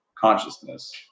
consciousness